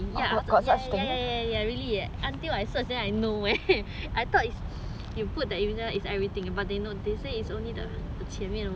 ya ya ya really eh until I search then I know eh I thought if you put the invisalign it's everything but they no they say it's only the 前面